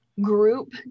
group